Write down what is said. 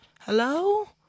Hello